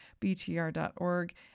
btr.org